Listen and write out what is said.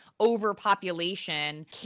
overpopulation